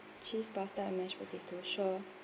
cheese pasta and mashed potato sure